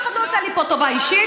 אף אחד לא עושה לי פה טובה אישית,